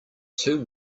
two